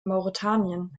mauretanien